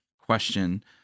question